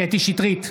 קטי קטרין שטרית,